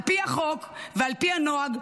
על פי החוק ועל פי הנוהג,